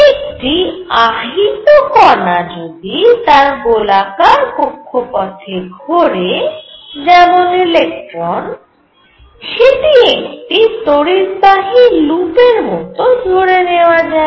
একটি আহিত কণা যদি তার গোলাকার কক্ষপথে ঘোরে যেমন ইলেকট্রন সেটি একটি তড়িৎবাহী লুপের মত ধরে নেওয়া যায়